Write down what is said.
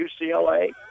UCLA